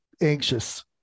anxious